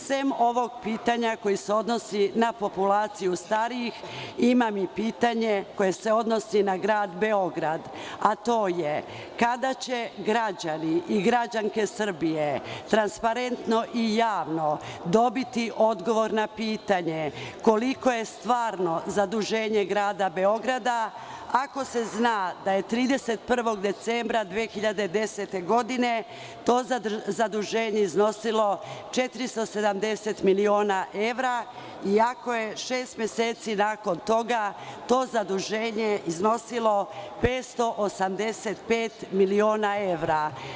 Sem ovog pitanja koje se odnosi na populaciju starijih, imam i pitanje koje se odnosi na Grad Beograd, a to je kada će građani i građanke Srbije transparentno i javno dobiti odgovor na pitanje koliko je stvarno zaduženje Grada Beograda ako se zna da je 31. decembra 2010. godine to zaduženje iznosilo 470 miliona evra i ako je šest meseci nakon toga to zaduženje iznosilo 585 miliona evra?